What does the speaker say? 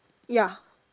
ya